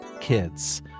kids